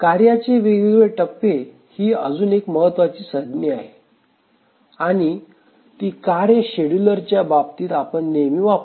कार्य चे वेगवेगळे टप्पे हीअजून एक महत्त्वाची संज्ञा आहे आणि ती कार्य शेड्युलर च्या बाबतीत आपण नेहमी वापरू